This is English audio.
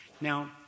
Now